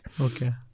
Okay